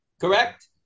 correct